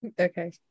okay